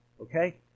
Okay